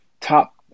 top